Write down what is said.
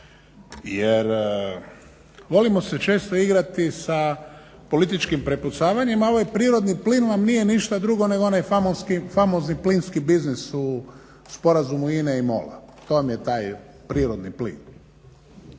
Jer volimo se često igrati sa političkim prepucavanjem, a ovaj prirodni plin vam nije ništa drugo nego onaj famozni plinski biznis u sporazumu INA-e i MOL-a, to vam je taj prirodni plin.